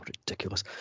Ridiculous